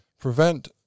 prevent